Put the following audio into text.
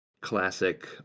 classic